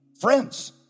friends